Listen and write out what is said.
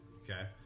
Okay